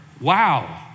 wow